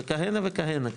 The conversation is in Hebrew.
וכהנה וכהנה.